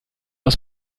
aus